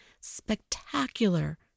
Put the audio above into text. spectacular